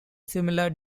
similar